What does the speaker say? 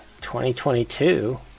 2022